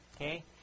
Okay